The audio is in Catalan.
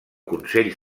consell